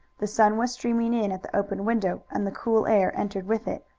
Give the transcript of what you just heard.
the sun was streaming in at the open window, and the cool air entered with it.